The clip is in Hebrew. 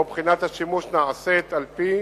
שבו בחינת השימוש נעשית על-פי